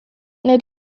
need